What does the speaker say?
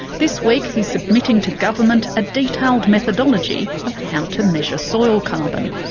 this week he's submitting to government a detailed methodology of how to measure soil carbon.